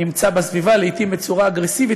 שנמצא בסביבה, לעתים בצורה אגרסיבית.